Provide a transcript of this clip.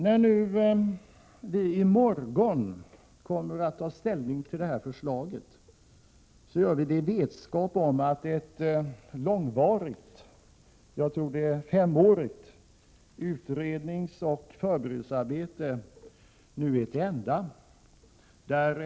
När vi i morgon kommer att ta ställning till det här förslaget gör vi det i vetskap om att ett femårigt utredningsoch förberedelsearbete nu är till ända.